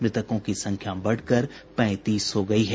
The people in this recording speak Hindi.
मृतकों की संख्या बढ़कर पैंतीस हो गयी है